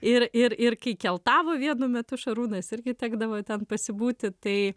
ir ir ir kai keltavo vienu metu šarūnas irgi tekdavo ten pasibūti tai